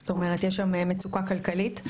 כלומר, יש שם מצוקה כלכלית.